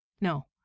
No